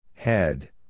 Head